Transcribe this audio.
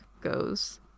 goes